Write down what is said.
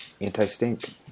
anti-stink